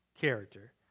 character